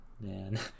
man